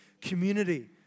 community